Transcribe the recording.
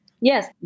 Yes